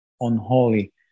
unholy